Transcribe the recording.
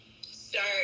start